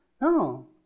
No